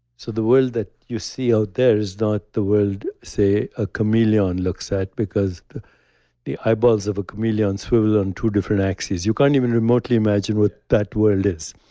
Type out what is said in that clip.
so the world that you see out there is not the world, say a chameleon looks at because the the eyeballs of a chameleon swivel on two different axes. you can't even remotely imagine what that world is